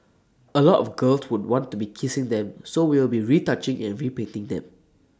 A lot of girls would want to be kissing them so we will be retouching and repainting them